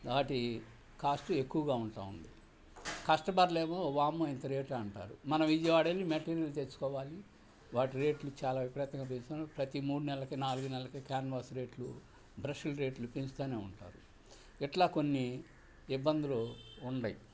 వాటి కాస్ట్ ఎక్కువగా ఉంటూ ఉంది కస్టమర్లేమో వామ్మో ఇంత రేటా అంటారు మనం విజయవాడ నుండి మెటీరియల్ తెచ్చుకోవాలి వాటి రేట్లు చాలా విపరీతంగా పెంచాారు ప్రతీ మూడు నెల్లకి నాలుగు నెల్లకి క్యాన్వాస్ రేట్లు బ్రష్లు రేట్లు పెంచుతూనే ఉంటారు ఇట్లా కొన్ని ఇబ్బందులు ఉన్నాయి